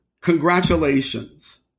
congratulations